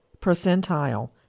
percentile